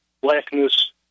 blackness